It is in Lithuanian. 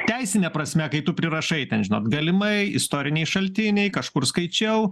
teisine prasme kai tu prirašai ten žinot galimai istoriniai šaltiniai kažkur skaičiau